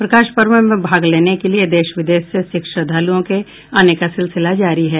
प्रकाश पर्व में भाग लेने के लिये देश विदेश से सिख श्रद्वालुओं के आने का सिलसिला जारी है